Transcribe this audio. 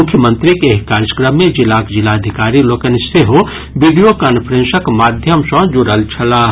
मुख्यमंत्रीक एहि कार्यक्रम मे जिलाक जिलाधिकारी लोकनि सेहो वीडियो कांफ्रेंसक माध्यम सँ जुड़ल छलाह